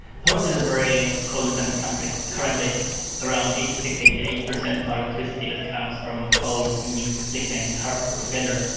poland is a very coal dependent country, currently it's around eighty six percent, eighty eight percent of our electricity but comes from coal, meaning lignite and hard coal together.